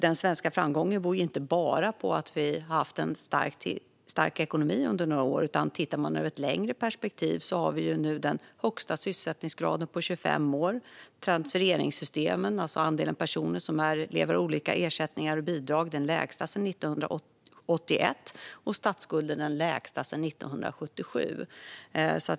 Den svenska framgången beror inte bara på att vi har haft en stark ekonomi under några år. Tittar man över ett längre perspektiv har vi nu den högsta sysselsättningsgraden på 25 år. Andelen personer som lever av olika ersättningar och bidrag - alltså transfereringssystemen - är den lägsta sedan 1981. Och statsskulden är den lägsta sedan 1977.